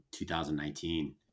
2019